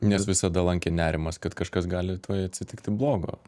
nes visada lankė nerimas kad kažkas gali tuoj atsitikti blogo